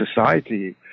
society